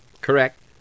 Correct